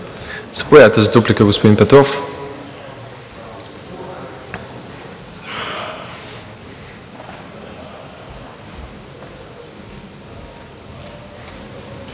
Заповядайте за дуплика, господин Петров.